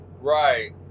Right